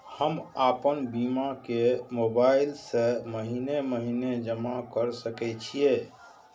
हम आपन बीमा के मोबाईल से महीने महीने जमा कर सके छिये?